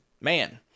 man